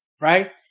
right